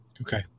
Okay